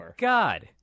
God